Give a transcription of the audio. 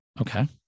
okay